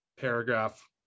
paragraph